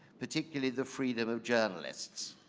particularly the freedom of journalists.